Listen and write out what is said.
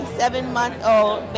seven-month-old